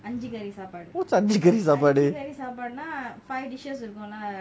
and what's அஞ்சி காரி சாப்பாடு:anji kaari sapadu